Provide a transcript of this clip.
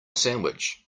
sandwich